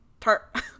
tart